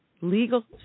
legal